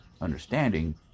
understanding